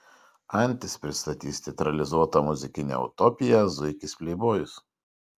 antis pristatys teatralizuotą muzikinę utopiją zuikis pleibojus